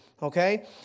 Okay